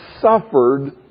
suffered